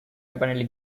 apparently